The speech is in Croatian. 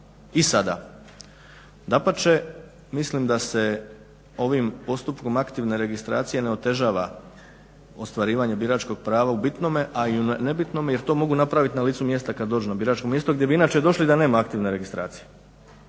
i sada. Dapače, mislim da se ovim postupkom aktivne registracije ne otežava ostvarivanje biračkog prava u bitnome, a i nebitnome jer to mogu napraviti na licu mjesta kad dođu na biračko mjesto gdje bi inače došli i da nema aktivne registracije.